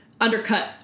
undercut